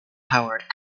howard